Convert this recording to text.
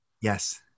yes